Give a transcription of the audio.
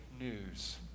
news